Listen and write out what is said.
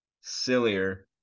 sillier